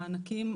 מענקים,